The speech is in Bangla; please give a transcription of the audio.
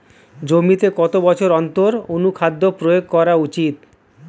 জমিতে কত বছর অন্তর অনুখাদ্য প্রয়োগ করা উচিৎ?